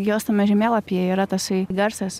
jos tame žemėlapyje yra tasai garsas